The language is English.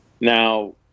Now